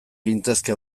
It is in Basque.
gintezke